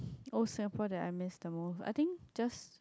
old Singapore that I miss the most I think just